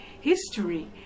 history